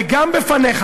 וגם בפניך,